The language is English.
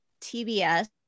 TBS